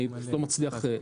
אני לא מצליח.